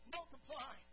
Multiply